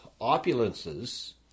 opulences